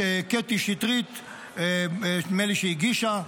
קטי שטרית נדמה לי שהיא הגישה,